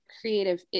creative